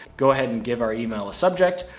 go ahead and give our email a subject.